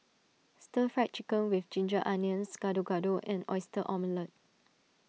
Stir Fried Chicken with Ginger Onions Gado Gado and Oyster Omelette